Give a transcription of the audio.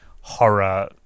horror